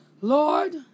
Lord